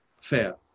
fair